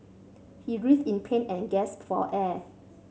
he writhed in pain and gasped for air